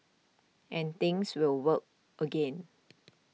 and things will work again